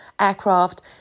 aircraft